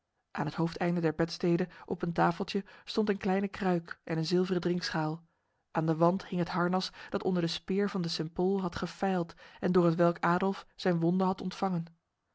aan het hoofdeinde der bedstede op een tafeltje stond een kleine kruik en een zilveren drinkschaal aan de wand hing het harnas dat onder de speer van de st pol had gefeild en door hetwelk adolf zijn wonde had ontvangen